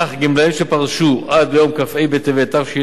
גמלאים שפרשו עד ליום כ"ה בטבת התשע"א,